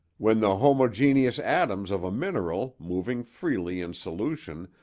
when the homogeneous atoms of a mineral, moving freely in solution,